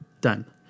done